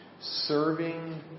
serving